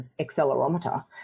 accelerometer